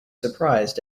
surprised